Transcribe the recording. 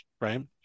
right